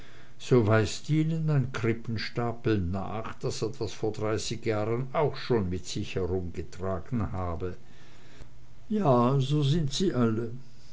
so weist ihnen mein krippenstapel nach daß er das vor dreißig jahren auch schon mit sich rumgetragen habe ja ja so sind sie alle